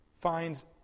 finds